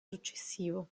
successivo